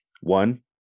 one